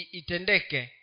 itendeke